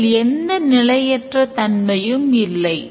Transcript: இதில் எந்த நிலையற்ற தன்மையும் இல்லை